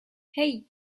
hey